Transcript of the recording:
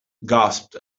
gasped